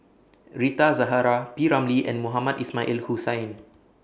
Rita Zahara P Ramlee and Mohamed Ismail in Hussain